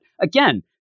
again